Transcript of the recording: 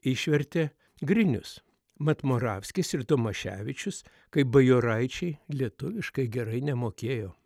išvertė grinius mat moravskis ir domaševičius kaip bajoraičiai lietuviškai gerai nemokėjo